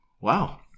Wow